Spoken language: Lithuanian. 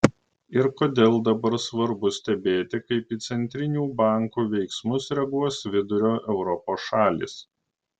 ir kodėl dabar svarbu stebėti kaip į centrinių bankų veiksmus reaguos vidurio europos šalys